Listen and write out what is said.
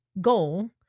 goal